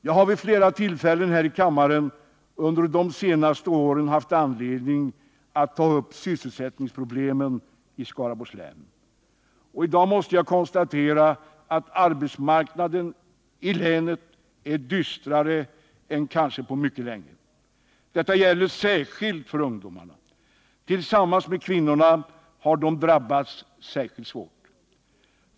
Jag har vid flera tillfällen här i kammaren under de senaste åren haft anledning att ta upp sysselsättningsproblemen i Skaraborgs län. I dag måste jag konstatera att arbetsmarknadssituationen i länet är dystrare än kanske på mycket länge. Detta gäller särskilt för ungdomarna. Tillsammans med kvinnorna har de drabbats särskilt svårt.